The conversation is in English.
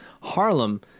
Harlem